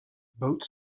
boat